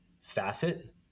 facet